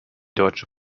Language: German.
deutsche